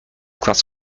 class